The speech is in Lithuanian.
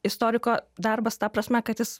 istoriko darbas ta prasme kad jis